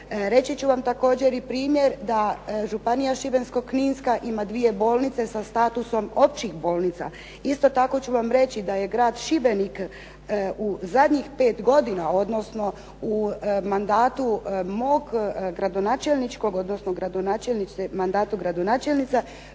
Reći ću vam također i primjer da Županija šibensko-kninska ima dvije bolnice sa statusom općih bolnica. Isto tako ću vam reći da je grad Šibenik u zadnjih pet godina odnosno u mandatu mog gradonačelničkog odnosno u mandatu gradonačelnice